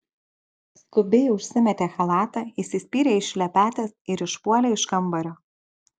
skubiai užsimetė chalatą įsispyrė į šlepetes ir išpuolė iš kambario